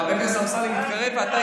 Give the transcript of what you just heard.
חבר הכנסת אמסלם התקרב,